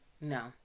no